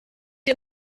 dir